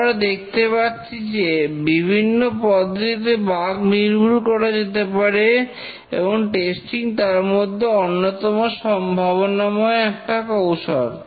তো আমরা দেখতে পাচ্ছি যে বিভিন্ন পদ্ধতিতে বাগ নির্মূল করা যেতে পারে এবং টেস্টিং তার মধ্যে অন্যতম সম্ভাবনাময় একটা কৌশল